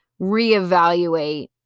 reevaluate